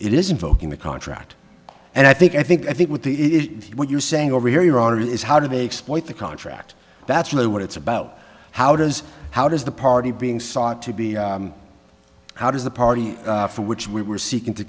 it isn't folk in the contract and i think i think i think what the what you're saying over here your honor is how do they exploit the contract that's really what it's about how does how does the party being sought to be how does the party for which we were seeking to